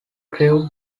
crew